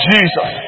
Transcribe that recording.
Jesus